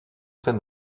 sein